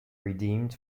redeemed